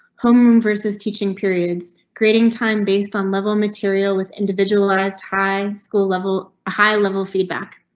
homeroom versus teaching periods. grading time based on level material with individualized high school level, high level feedback.